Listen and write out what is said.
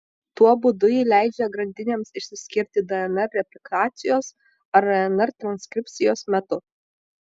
tuo būdu ji leidžia grandinėms išsiskirti dnr replikacijos ar rnr transkripcijos metu